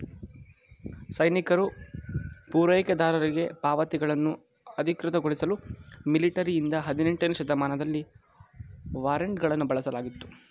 ಸೈನಿಕರು ಪೂರೈಕೆದಾರರಿಗೆ ಪಾವತಿಗಳನ್ನು ಅಧಿಕೃತಗೊಳಿಸಲು ಮಿಲಿಟರಿಯಿಂದ ಹದಿನೆಂಟನೇ ಶತಮಾನದಲ್ಲಿ ವಾರೆಂಟ್ಗಳನ್ನು ಬಳಸಲಾಗಿತ್ತು